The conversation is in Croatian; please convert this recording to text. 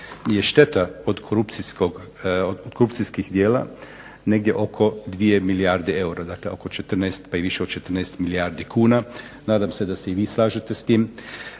je šteta od korupcijskih djela negdje oko 2 milijarde eura. Dakle, oko 14 pa i više od 14 milijardi kuna. Nadam se da se i vi slažete s tim